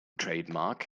trademark